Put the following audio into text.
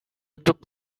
took